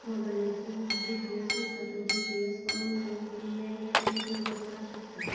मोबायलाचेर जिपियस उरता तो जिपियस ऑन करून तूं मॅप थ्रू थंय वसपा शकता